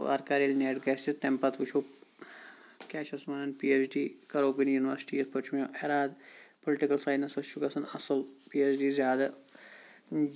تہٕ وارِ کارِ ییلہِ نیٹ گَژھِ تمہِ پَتہِ وٕچھو کیاہ چھِ اَتھ وَنان پی ایچ ڈی کَرَو کُنہِ یُنِوَرسِٹی یِتھ پٲٹھۍ چھُ مےٚ ایرادٕ پُلِٹِکَل ساینَسَس چھُ گَژھان اَصٕل پی ایچ ڈی زیادِ